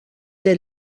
der